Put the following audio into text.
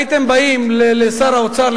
הייתם באים לשר האוצר,